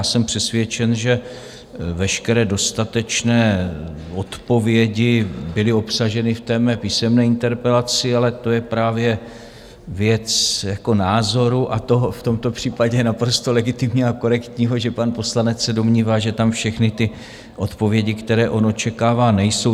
Jsem přesvědčen, že veškeré dostatečné odpovědi byly obsaženy v mé písemné interpelaci, ale to je právě věc názoru a toho, v tomto případě naprosto legitimního a korektního, že pan poslanec se domnívá, že tam všechny ty odpovědi, které on očekává, nejsou.